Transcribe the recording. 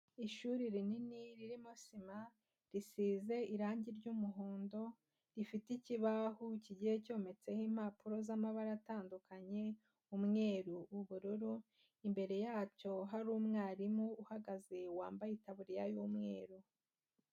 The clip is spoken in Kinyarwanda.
Ishuri rinini ririmo sima, risize irangi ry'umuhondo, rifite ikibaho kigiye cyometseho impapuro z'amabara atandukanye umweru, ubururu, imbere yacyo hari umwarimu uhagaze wambaye itaburiya y'umweru.